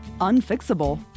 unfixable